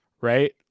right